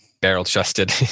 barrel-chested